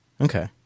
Okay